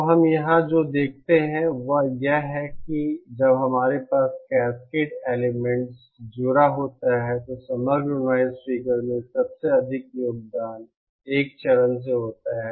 तो हम यहां जो देखते हैं वह यह है कि जब हमारे पास कैस्केड एलिमेंट्स जुड़ा होता है तो समग्र नॉइज़ फिगर में सबसे अधिक योगदान 1 चरण से होता है